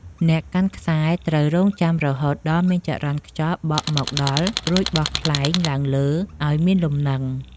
អ្នកកាន់ខ្លែងត្រូវរង់ចាំរហូតដល់មានចរន្តខ្យល់បក់មកដល់ រួចបោះខ្លែងឡើងលើឱ្យមានលំនឹង។